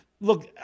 Look